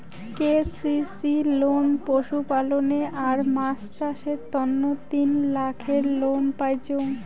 KCC loan পশুপালনে আর মাছ চাষের তন্ন তিন লাখের লোন পাইচুঙ